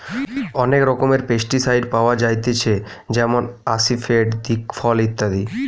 অনেক রকমের পেস্টিসাইড পাওয়া যায়তিছে যেমন আসিফেট, দিকফল ইত্যাদি